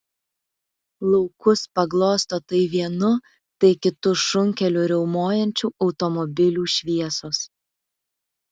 laukus paglosto tai vienu tai kitu šunkeliu riaumojančių automobilių šviesos